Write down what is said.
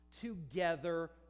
together